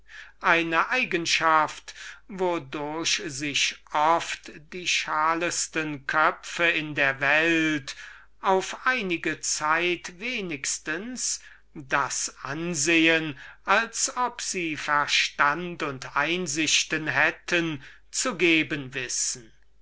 dahinglitscht und wodurch sich oft die schalesten köpfe in der welt auf einige zeit wenigstens das ansehen verstand und einsichten zu haben zu geben wissen